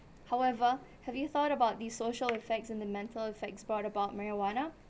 however have you thought about the social effects and the mental effects brought about marijuana